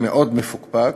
מאוד מפוקפק,